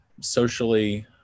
socially